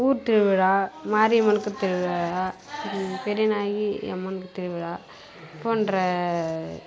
ஊர் திருவிழா மாரியம்மனுக்குத் திருவிழா பெரியநாயகி அம்மனுக்குத் திருவிழா போன்ற